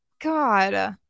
God